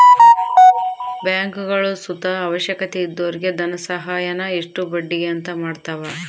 ಬ್ಯಾಂಕ್ಗುಳು ಸುತ ಅವಶ್ಯಕತೆ ಇದ್ದೊರಿಗೆ ಧನಸಹಾಯಾನ ಇಷ್ಟು ಬಡ್ಡಿಗೆ ಅಂತ ಮಾಡತವ